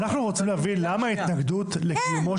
אנחנו רוצים להבין למה ההתנגדות לקיומו